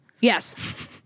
Yes